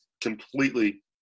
completely